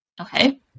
Okay